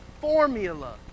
formula